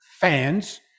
fans